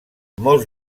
molts